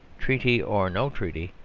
treaty or no treaty,